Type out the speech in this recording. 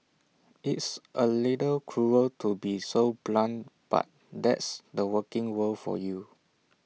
it's A little cruel to be so blunt but that's the working world for you